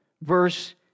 verse